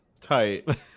Tight